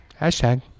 hashtag